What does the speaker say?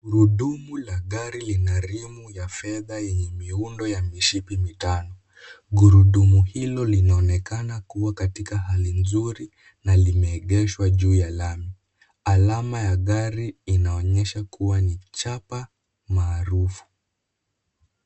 Gurudumu la gari lina rimu ya fedha yenye miundo ya mishipi mitano. Gurudumu hilo linaonekana kuwa katika hali nzuri na limeegeshwa juu ya lami. Alama ya gari inaonyesha kuwa ni chapa maarufu.